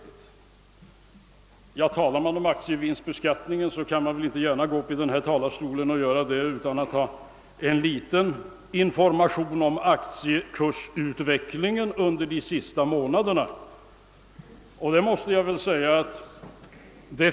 Om man i denna talarstol vill tala om aktievinstbeskattning kan man väl ändå inte göra det utan att lämna någon information om aktiekursutvecklingen under de senaste månaderna.